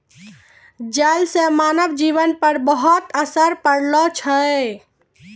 जल से मानव जीवन पर बहुते असर पड़लो छै